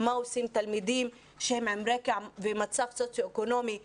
מה עושים תלמידים שהם עם רקע ומצב סוציו-אקונומי קשה,